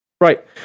Right